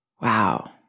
wow